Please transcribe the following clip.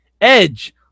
Edge